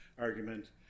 argument